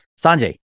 Sanjay